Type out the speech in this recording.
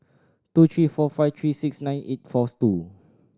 two three four five three six nine eight four two